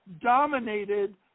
dominated